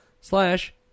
slash